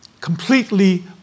completely